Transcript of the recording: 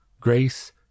grace